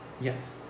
Yes